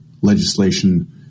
legislation